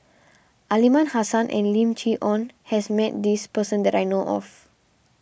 Aliman Hassan and Lim Chee Onn has met this person that I know of